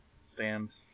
stand